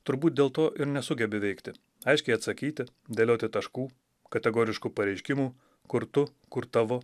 turbūt dėl to ir nesugebi veikti aiškiai atsakyti dėlioti taškų kategoriškų pareiškimų kur tu kur tavo